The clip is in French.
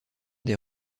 des